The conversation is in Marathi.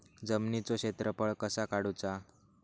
जमिनीचो क्षेत्रफळ कसा काढुचा?